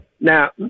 Now